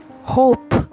Hope